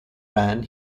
ran